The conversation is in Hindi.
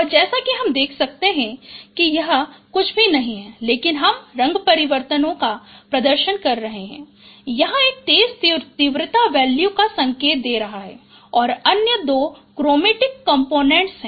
और जैसा कि हम देख सकते हैं कि यह कुछ भी नहीं है लेकिन हम रंग परिवर्तनों का प्रदर्शन कर रहे हैं जहां एक तेज तीव्रता वैल्यू का संकेत दे रहा है और अन्य दो वे क्रोमैटिक अवयव हैं